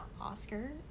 Oscar